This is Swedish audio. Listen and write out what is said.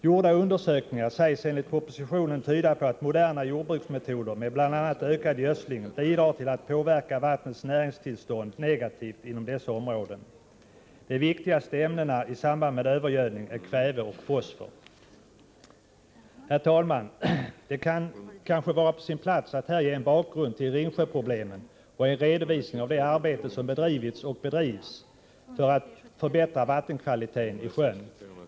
Undersökningar som har gjorts sägs enligt propositionen tyda på att moderna jordbruksmetoder med bl.a. ökad gödsling bidrar till att påverka vattnets näringstillstånd negativt inom dessa områden. De viktigaste ämnena i samband med övergödning är kväve och fosfor. Herr talman! Det kan kanske vara på sin plats att här ge en bakgrund till Ringsjöproblemen och ge en redovisning av det arbete som bedrivits och bedrivs för att förbättra vattenkvaliteten i sjön.